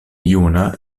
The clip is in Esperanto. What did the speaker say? juna